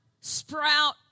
sprout